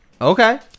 Okay